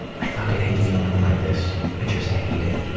i fucking hate feeling like this. i just hate it.